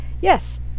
yes